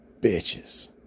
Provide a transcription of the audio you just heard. bitches